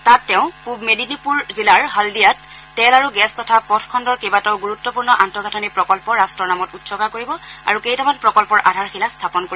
তাত তেওঁ পূব মেদিনীপুৰ জিলাৰ হালদিয়াত তেল আৰু গেছ তথা পথ খণ্ডৰ কেইবাটাও গুৰুত্বপূৰ্ণ আন্তঃগাথনি প্ৰকল্প ৰাষ্টৰ নামত উৎসৰ্গা কৰিব আৰু কেইটামান প্ৰকল্পৰ আধাৰশিলা স্থাপন কৰিব